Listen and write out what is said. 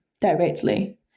directly